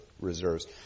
reserves